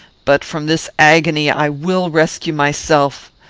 but from this agony i will rescue myself.